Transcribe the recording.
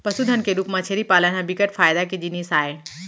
पसुधन के रूप म छेरी पालन ह बिकट फायदा के जिनिस आय